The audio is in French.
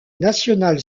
nationale